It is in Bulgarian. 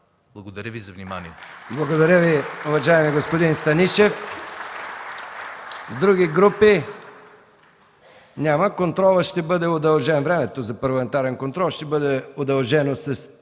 Благодаря Ви за вниманието.